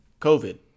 COVID